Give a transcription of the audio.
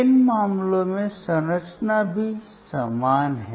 इन मामलों में संरचना भी समान है